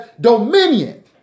dominion